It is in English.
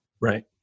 right